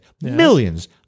Millions